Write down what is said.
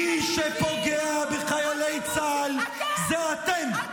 מי שפוגע בחיילי צה"ל זה אתם.